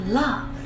love